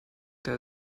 der